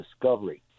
discovery